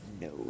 No